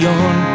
on